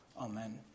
Amen